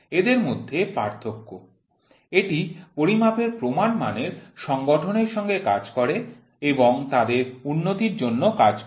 এদের মধ্যে পার্থক্য এটি পরিমাপের প্রমাণ মানের সংগঠনের সঙ্গে কাজ করে এবং তাদের উন্নতির জন্য কাজ করে